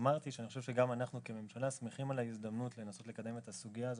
ואמרתי שאני חושב שגם אנחנו כממשלה שמחים לנסות לקדם את הסוגיה הזאת.